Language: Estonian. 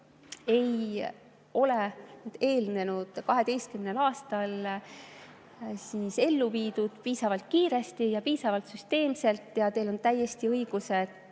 ei ole eelnenud 12 aastal ellu viidud piisavalt kiiresti ja piisavalt süsteemselt. Teil on täiesti õigus,